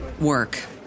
work